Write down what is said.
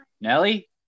Nelly